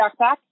backpack